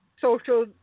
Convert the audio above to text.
social